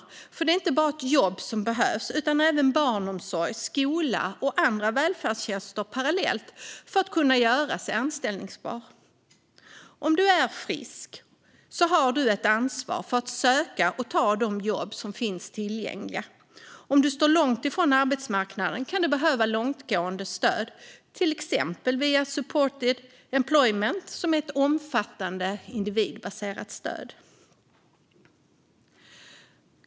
Det är nämligen inte bara ett jobb som behövs utan även barnomsorg, skola och andra välfärdstjänster för att man ska kunna göra sig anställbar. Om du är frisk har du ett ansvar för att söka och ta de jobb som finns tillgängliga. Om du står långt ifrån arbetsmarknaden kan du behöva långtgående stöd, till exempel via supported employment, som är ett omfattande individbaserat stöd.